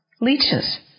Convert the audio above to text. leeches